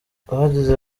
bagize